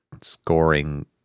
scoring